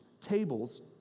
tables